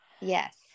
Yes